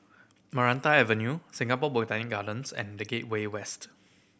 Maranta Avenue Singapore Botanic Gardens and The Gateway West